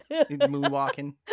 moonwalking